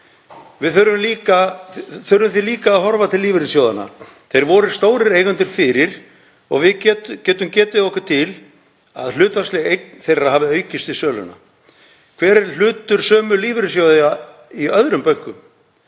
Við þurfum því líka að horfa til lífeyrissjóðanna. Þeir voru stórir eigendur fyrir og við getum getið okkur til að hlutfallsleg eign þeirra hafi aukist við söluna. Hver er hlutur sömu lífeyrissjóða í öðrum bönkum